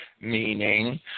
meaning